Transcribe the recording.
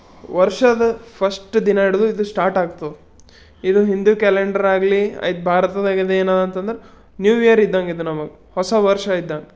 ವರ್ಷದ ಫಸ್ಟ್ ದಿನ ಹಿಡ್ದು ಇದು ಸ್ಟಾಟಾಗ್ತವ ಇದು ಹಿಂದೂ ಕ್ಯಾಲೆಂಡರಾಗಲಿ ಇದು ಭಾರತದಾಗ ಏನು ಅಂತಂದರೆ ನ್ಯೂ ಇಯರ್ ಇದ್ದಂಗೆ ಇದು ನಮಗೆ ಹೊಸ ವರ್ಷ ಇದ್ದಂಗೆ